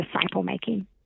disciple-making